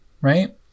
Right